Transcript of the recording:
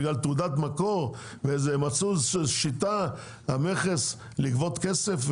בגלל תעודת המקור המכס מצאו שיטה לגבות כסף?